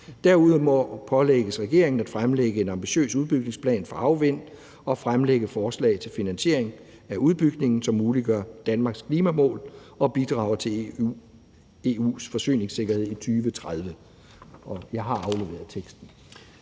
Derudover pålægges regeringen at fremlægge en ambitiøs udbygningsplan for havvind og fremlægge forslag til finansiering af udbygningen, som muliggør Danmarks klimamål og bidrager til EU's forsyningssikkerhed i 2030.« (Forslag til vedtagelse